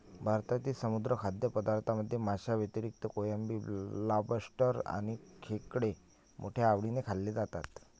भारतातील समुद्री खाद्यपदार्थांमध्ये माशांव्यतिरिक्त कोळंबी, लॉबस्टर आणि खेकडे मोठ्या आवडीने खाल्ले जातात